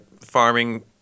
farming